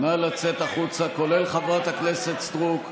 נא לצאת החוצה, כולל חברת הכנסת סטרוק.